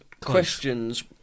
questions